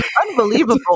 Unbelievable